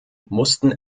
mussten